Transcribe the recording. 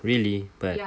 really but